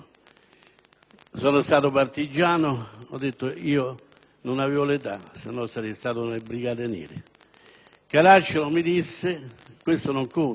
«Sono stato partigiano» ed io dissi: «Io non avevo l'età, sennò sarei stato nelle Brigate nere». Caracciolo mi disse: «Questo non conta: